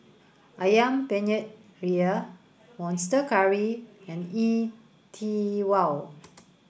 Ayam Penyet Ria Monster Curry and E T WOW